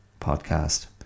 podcast